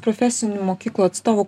profesinių mokyklų atstovų